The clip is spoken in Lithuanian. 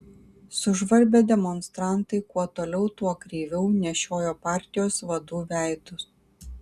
sužvarbę demonstrantai kuo toliau tuo kreiviau nešiojo partijos vadų veidus